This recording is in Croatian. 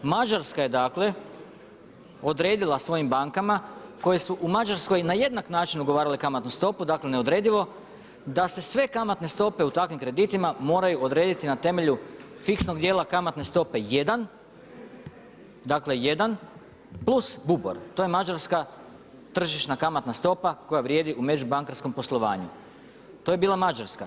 Mađarska je odredila svojim bankama koje su u Mađarskoj na jednak način ugovarale kamatnu stopu dakle neodredivo, da se sve kamatne stope u takvim kreditima moraju odrediti na temelju fiksnog dijela kamatne stope jedan, dakle jedan plus … to je mađarska tržišna stopa koja vrijedi u … bankarskom poslovanju, to je bila Mađarska.